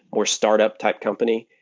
or startup type company,